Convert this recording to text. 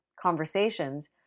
conversations